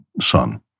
son